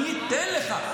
אני אתן לך.